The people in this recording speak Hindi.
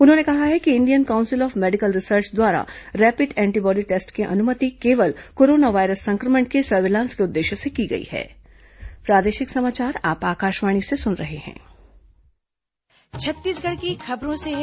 उन्होंने कहा है कि Indian council of medical research द्वारा रैपिड एंटीबॉडी टेस्ट की अनुमति केवल कोरोना वायरस संक्रमण के सर्विलांस के उद्देश्य से की गई है